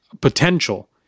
potential